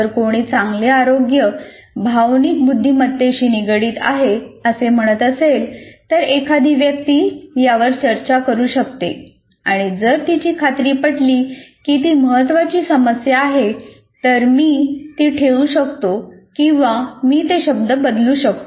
जर कोणी "चांगले आरोग्य भावनिक बुद्धिमत्तेशी निगडीत आहे" असे म्हणत असेल तर एखादी व्यक्ती यावर चर्चा करू शकते आणि जर तिची खात्री पटली की ती महत्त्वाची समस्या नाही तर मी ती ठेवू शकतो किंवा मी ते शब्द बदलू शकतो